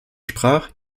sprach